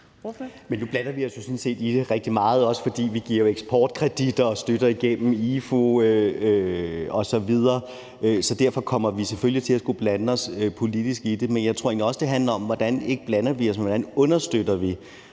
jo sådan set i det rigtig meget, også fordi vi giver eksportkreditter og støtter igennem IFU osv. Så derfor kommer vi selvfølgelig til at skulle blande os politisk i det. Men jeg tror egentlig også, at det handler om, ikke hvordan vi blander os, men hvordan vi understøtter